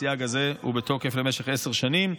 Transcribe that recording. הסייג הזה בתוקף למשך עשר שנים.